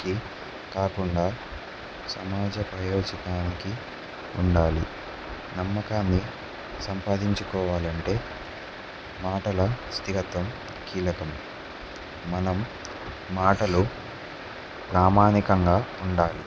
కి కాకుండా సమాజ ప్రయోజనానికి ఉండాలి నమ్మకాన్ని సంపాదించుకోవాలంటే మాటల స్థిరత్వం కీలకం మనం మాటలు ప్రామానణికంగా ఉండాలి